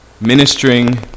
ministering